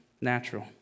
natural